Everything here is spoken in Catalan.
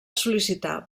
sol·licitar